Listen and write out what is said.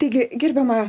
taigi gerbiama